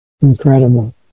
Incredible